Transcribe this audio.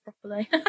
properly